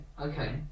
Okay